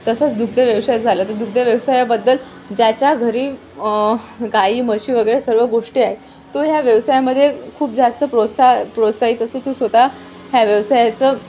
तसंच दुग्धव्यवसाय झालं तर दुग्ध व्यवसायाबद्दल ज्याच्या घरी गाई म्हशी वगैरे सर्व गोष्टी आहेत तो ह्या व्यवसायामध्ये खूप जास्त प्रोत्साह प्रोत्साहित असू तो स्वतः ह्या व्यवसायाचं